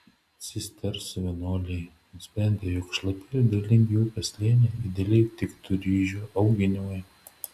cistersų vienuoliai nusprendė jog šlapi ir derlingi upės slėniai idealiai tiktų ryžių auginimui